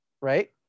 right